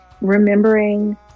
remembering